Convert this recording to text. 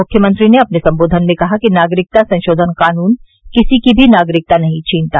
मुख्यमंत्री ने अपने संबोधन में कहा कि नागरिकता संशोधन कानून किसी की भी नागरिकता नहीं छीनता